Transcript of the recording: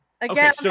again